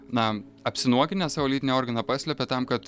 na apsinuoginęs savo lytinį organą paslepia tam kad